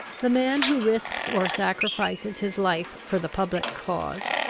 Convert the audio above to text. the man who risks or sacrifices his life for the public cause,